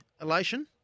Elation